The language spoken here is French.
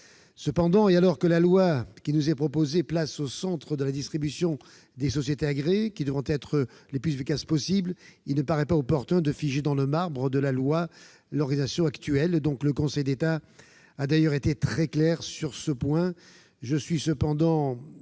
Toutefois, et alors que le projet de loi qui nous est proposé place au centre de la distribution des sociétés agréées, qui devront être les plus efficaces possible, il ne paraît pas opportun de figer dans le marbre de la loi l'organisation actuelle. Le Conseil d'État a d'ailleurs été très clair sur ce point. Je suis cependant